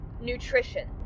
nutrition